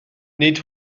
nid